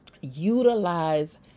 Utilize